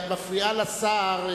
את מפריעה לשר.